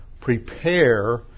Prepare